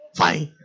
fine